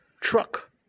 Truck